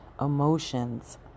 emotions